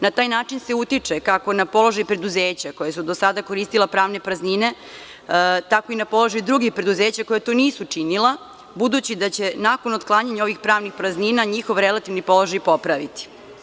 Na taj način se utiče kako na položaj preduzeća koja su do sada koristila pravne praznine, tako i na položaj drugih preduzeća koja to nisu činila, budući da će nakon otklanjanja ovih pravnih praznina njihov relativni položaj popraviti.